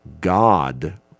God